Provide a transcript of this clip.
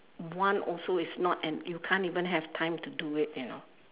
one also is not and you can't even have time to do it you know